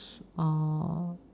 or